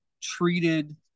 treated